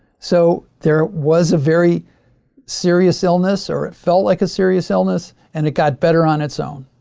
so there was a very serious illness or it felt like a serious illness and it got better on its own,